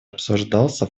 обсуждался